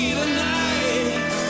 tonight